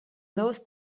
those